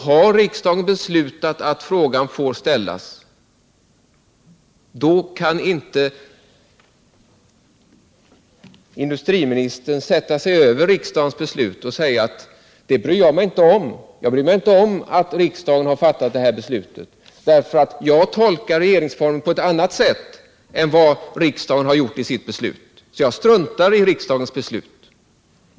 Har riksdagen beslutat att detta får göras, kan inte industriministern sätta sig över riksdagens beslut och säga: Jag bryr mig inte om att riksdagen har fattat det här beslutet, därför att jag tolkar regeringsformen på mitt eget sätt. Jag struntar i riksdagens beslut.